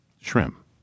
Shrimp